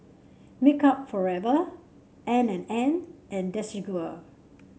Makeup Forever N and N and Desigual